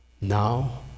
now